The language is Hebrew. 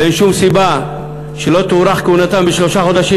ואין שום סיבה שלא תוארך כהונתם בשלושה חודשים,